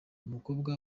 umukobwa